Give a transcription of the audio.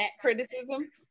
criticism